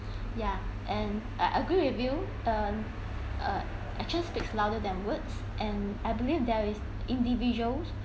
ya and I agree with you um uh action speaks louder than words and I believe there is individuals